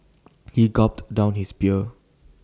he gulped down his beer